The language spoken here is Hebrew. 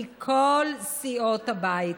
מכל סיעות הבית.